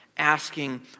asking